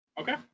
Okay